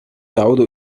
يعود